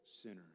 sinners